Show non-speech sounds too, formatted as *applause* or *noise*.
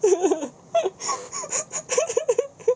*laughs*